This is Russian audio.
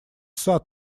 сад